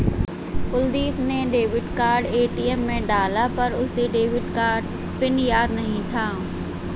कुलदीप ने debit card ATM में डाला पर उसे डेबिट कार्ड पिन याद नहीं था